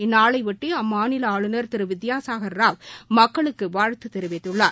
இந்நாளைபொட்டி அம்மாநில ஆளுநர் திரு வித்பாசாகர் ராவ் மக்களுக்கு வாழ்த்து தெரிவித்துள்ளார்